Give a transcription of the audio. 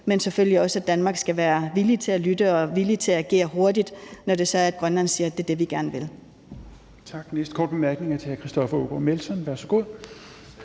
men selvfølgelig også at Danmark skal være villig til at lytte og villig til at agere hurtigt, når det så er, at Grønland siger, at det er det, vi gerne vil. Kl. 20:09 Fjerde næstformand (Rasmus Helveg